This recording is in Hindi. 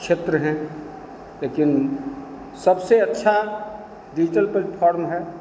क्षेत्र हैं लेकिन सबसे अच्छा डिजिटल प्लेटफाॅर्म है